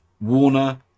Warner